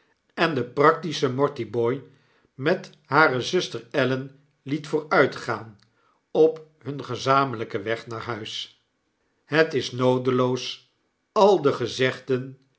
en den practischen mortibooi met hare zuster ellen liet vooruitgaan op bun gezamenljjken weg naar huis het is noodeloos al de gezegden